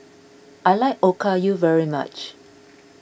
I like Okayu very much